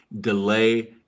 Delay